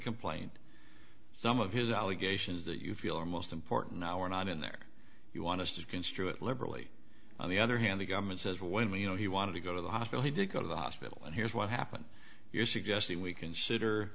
complaint some of his allegations that you feel are most important now are not in there you want to construe it liberally on the other hand the government says well when we you know he wanted to go to the hospital he didn't go to the hospital and here's what happened you're suggesting we consider